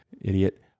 Idiot